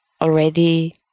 already